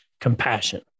compassion